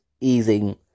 easing